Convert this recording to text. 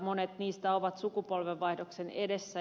monet heistä ovat sukupolvenvaihdoksen edessä